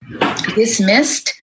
dismissed